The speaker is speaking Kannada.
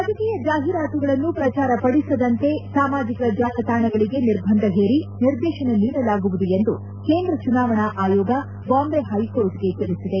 ರಾಜಕೀಯ ಜಾಹೀರಾತುಗಳನ್ನು ಪ್ರಚಾರಪಡಿಸದಂತೆ ಸಾಮಾಜಿಕ ಜಾಲತಾಣಗಳಿಗೆ ನಿರ್ಬಂಧ ಹೇರಿ ನಿರ್ದೇತನ ನೀಡಲಾಗುವುದು ಎಂದು ಕೇಂದ್ರ ಚುನಾವಣಾ ಆಯೋಗ ಬಾಂಬೆ ಹೈಕೋರ್ಟ್ಗೆ ತಿಳಿಸಿದೆ